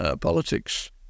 politics